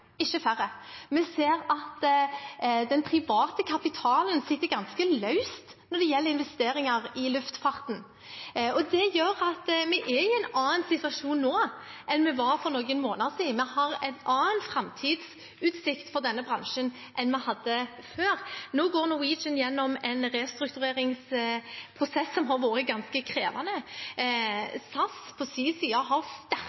ikke færre. Vi ser at den private kapitalen sitter ganske løst når det gjelder investeringer i luftfarten. Det gjør at vi er i en annen situasjon nå enn vi var for noen måneder siden. Vi har en annen framtidsutsikt for denne bransjen enn vi hadde før. Nå går Norwegian igjennom en restruktureringsprosess som har vært ganske krevende. SAS på sin side har